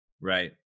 Right